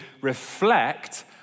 reflect